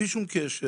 בלי שום קשר,